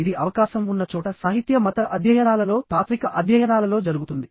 ఇది అవకాశం ఉన్న చోట సాహిత్య మత అధ్యయనాలలో తాత్విక అధ్యయనాలలో జరుగుతుంది